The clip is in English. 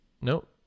Nope